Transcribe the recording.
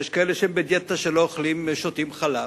יש כאלה שהם בדיאטה ולא שותים חלב.